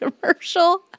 commercial